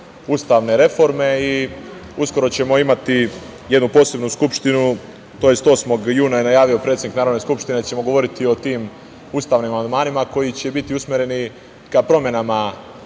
ustavne reforme, i uskoro ćemo imati jednu posebnu skupštinu, tj. 8. juna je najavio predsednik Narodne skupštine, gde ćemo govoriti o tim ustavnim amandmanima koji će biti usmereni ka promenama